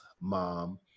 mom